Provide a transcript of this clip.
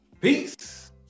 Peace